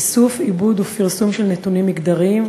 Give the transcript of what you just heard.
(איסוף, עיבוד ופרסום של נתונים מגדריים),